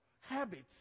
habits